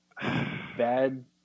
bad